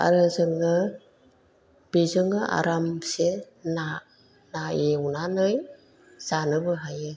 आरो जोङो बेजोंनो आरामसे ना ना एवनानै जानोबो हायो